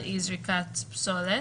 על אי זריקת פסולת.